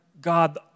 God